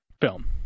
film